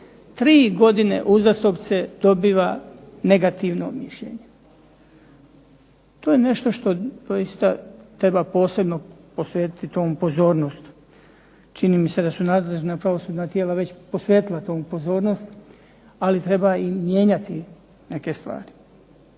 Tri godine uzastopce dobiva negativno mišljenje. To je nešto što doista treba posebno posvetiti tome pozornosti. Čini mi se da su nadležna pravosudna tijela već posvetila tome pozornost, ali treba i mijenjati neke stvari.